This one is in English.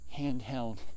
handheld